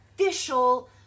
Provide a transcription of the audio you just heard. official